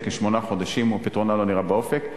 כשמונה חודשים ופתרונה לא נראה באופק.